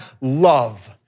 love